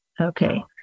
okay